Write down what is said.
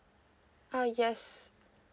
uh yes